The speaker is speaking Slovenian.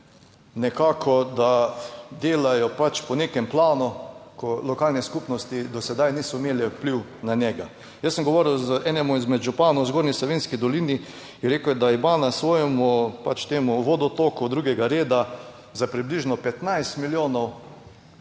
Nekako, da delajo pač po nekem planu, ko lokalne skupnosti do sedaj niso imele vpliv na njega. Jaz sem govoril z enemu izmed županov v Zgornji Savinjski dolini, je rekel, da ima na svojem pač temu vodotoku drugega reda za približno 15 milijonov